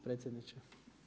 Predsjedniče?